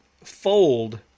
fold